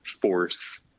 force